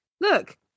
Look